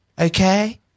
Okay